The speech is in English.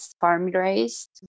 farm-raised